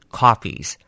copies